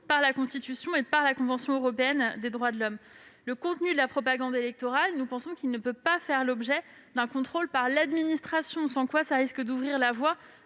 par la Constitution et par la Convention européenne des droits de l'homme. Le contenu de la propagande électorale ne peut pas faire l'objet d'un contrôle par l'administration, sauf à ouvrir la voie